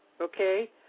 Okay